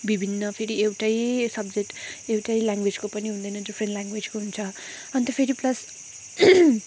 विभिन्न फेरि एउटै सब्जेक्ट एउटै ल्याङ्ग्वेजको पनि हुँदैन डिफरेन्ट ल्याङ्ग्वेजको हुन्छ अन्त फेरि प्लस